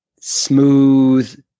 smooth